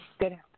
Good